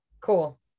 Cool